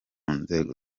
nzego